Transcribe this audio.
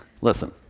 Listen